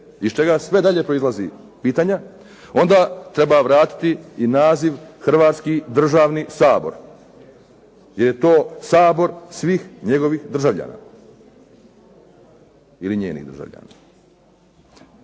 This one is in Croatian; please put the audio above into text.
iz čega sve dalje proizlazi pitanja, onda treba vratiti i naziv Hrvatski državni sabor jer je to Sabor svih njegovih državljana, ili njenih državljana.